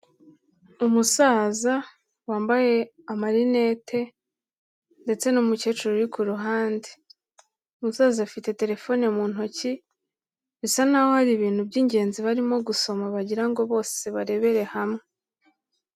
Umusaza wambaye amarinete ndetse n'umukecuru uri ku ruhande, umusaza afite telefone mu ntoki, bisa n'aho hari ibintu by'ingenzi barimo gusoma bagira ngo bose barebere hamwe.